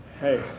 Hey